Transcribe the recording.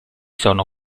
sono